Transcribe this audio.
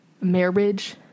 marriage